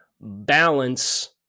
balance